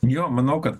jo manau kad